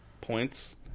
points